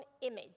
image